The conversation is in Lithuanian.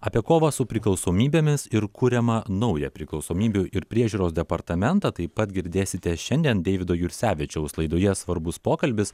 apie kovą su priklausomybėmis ir kuriamą naują priklausomybių ir priežiūros departamentą taip pat girdėsite šiandien deivido jursevičiaus laidoje svarbus pokalbis